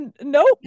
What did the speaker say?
Nope